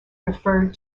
referred